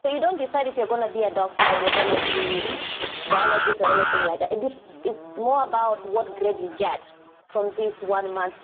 so you don't decide if you're going to be a doctor or you're going to be a biologist or anything like that. and it's more about what grade you get from this one month